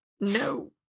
No